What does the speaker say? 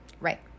right